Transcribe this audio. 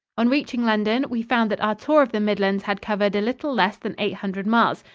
on reaching london, we found that our tour of the midlands had covered a little less than eight hundred miles,